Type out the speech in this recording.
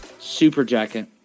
Superjacket